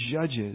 judges